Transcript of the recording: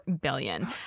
billion